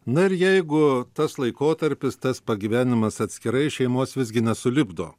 na ir jeigu tas laikotarpis tas pagyvenimas atskirai šeimos visgi sulipdo